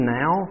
now